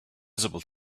visible